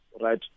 right